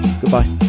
Goodbye